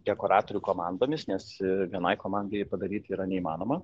dekoratorių komandomis nes vienai komandai padaryt yra neįmanoma